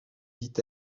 dit